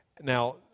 now